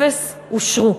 אפס אושרו.